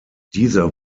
dieser